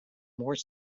more